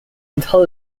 until